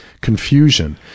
Confusion